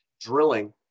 drilling